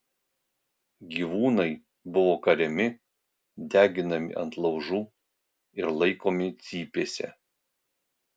gyvūnai buvo kariami deginami ant laužų ir laikomi cypėse